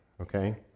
Okay